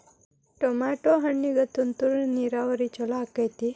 Tomato ಹಣ್ಣಿಗೆ ತುಂತುರು ನೇರಾವರಿ ಛಲೋ ಆಕ್ಕೆತಿ?